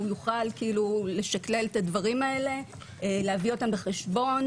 והוא יוכל לשקלל את הדברים האלה ולהביא אותם בחשבון.